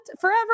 forever